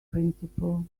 principle